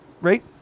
right